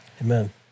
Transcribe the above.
Amen